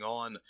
on